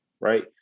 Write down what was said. right